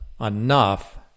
enough